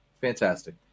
Fantastic